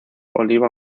oliva